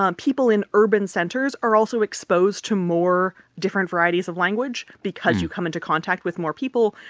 um people in urban centers are also exposed to more different varieties of language because you come into contact with more people,